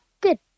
good